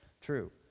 True